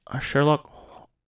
Sherlock